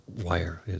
wire